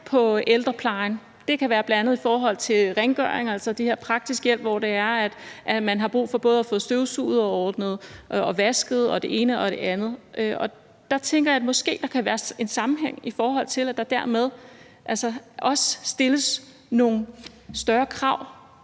på ældreplejen. Det kan bl.a. være i forhold til rengøring, altså den her praktiske hjælp, hvor man har brug for både at få støvsuget og vasket og det ene og det andet. Der tænker jeg, der måske kan være en sammenhæng, i forhold til at der dermed også stilles nogle større krav